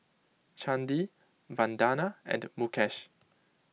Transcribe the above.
Chandi Vandana and Mukesh